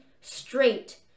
straight